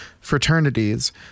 fraternities